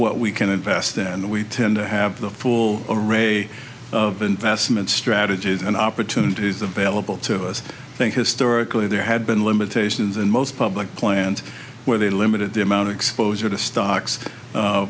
what we can invest and we tend to have the full array of investment strategies and opportunities available to us i think historically there had been limitations in most public plant where they limited the amount of exposure to stocks